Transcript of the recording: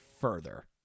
further